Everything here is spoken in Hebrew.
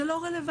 זה לא רלוונטי.